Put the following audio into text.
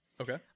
Okay